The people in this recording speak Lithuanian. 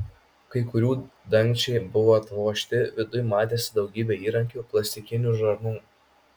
kai kurių dangčiai buvo atvožti viduj matėsi daugybė įrankių plastikinių žarnų